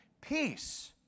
peace